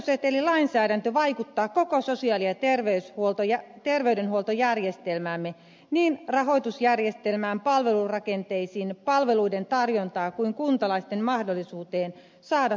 palvelusetelilainsäädäntö vaikuttaa koko sosiaali ja terveydenhuoltojärjestelmäämme niin rahoitusjärjestelmään palvelurakenteisiin palveluiden tarjontaan kuin kuntalaisten mahdollisuuteen saada tarvittavia palveluja